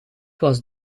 was